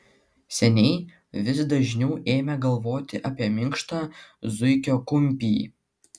seniai vis dažniau ėmė galvoti apie minkštą zuikio kumpį